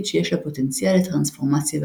שיש לה פוטנציאל לטרנספורמציה וריפוי.